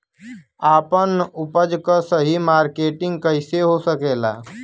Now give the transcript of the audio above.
आपन उपज क सही मार्केटिंग कइसे हो सकेला?